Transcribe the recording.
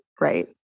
right